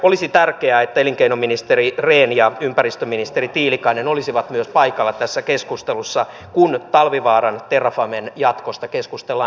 olisi tärkeää että elinkeinoministeri rehn ja ympäristöministeri tiilikainen olisivat myös paikalla tässä keskustelussa kun talvivaaran terrafamen jatkosta keskustellaan